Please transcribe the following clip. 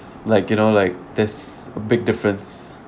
like you know like there's a big difference